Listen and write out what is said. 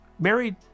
married